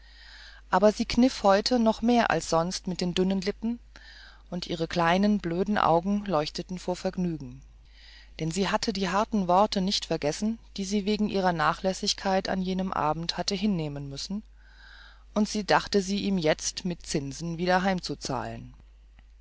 aber sie kniff heute noch mehr als sonst mit den dünnen lippen und ihre kleinen blöden augen leuchteten vor vergnügen denn sie hatte die harten worte nicht vergessen die sie wegen ihrer nachlässigkeit an jenem abend hatte hinnehmen müssen und sie dachte sie ihm jetzt mit zinsen wieder heimzuzahlen